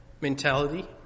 mentality